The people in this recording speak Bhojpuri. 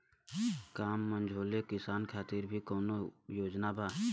का मझोले किसान खातिर भी कौनो योजना बा?